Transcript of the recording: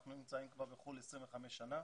אנחנו נמצאים כבר בחו"ל 25 שנה,